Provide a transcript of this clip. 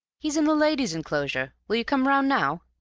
he's in the ladies' enclosure. will you come round now?